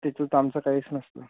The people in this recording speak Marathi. त्याच्यात आमचं काहीच नसतंं